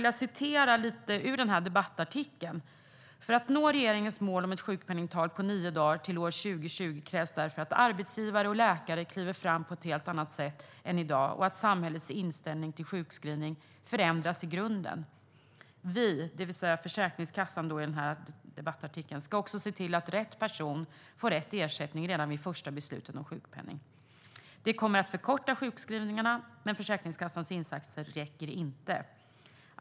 Jag citerar ur debattartikeln: "För att nå regeringens mål om ett sjukpenningtal på nio dagar till år 2020 krävs därför att arbetsgivare och läkare kliver fram på ett helt annat sätt än i dag och att samhällets inställning till sjukskrivning förändras i grunden. Det är alltså Försäkringskassan som skriver. "Vi ska också se till att rätt person får rätt ersättning redan vid det första beslutet om sjukpenning. Detta kommer att förkorta sjukskrivningarna, men Försäkringskassans insatser räcker inte.